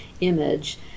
image